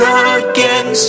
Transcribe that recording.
again